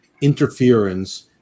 interference